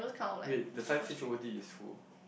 wait the science H_O_D is who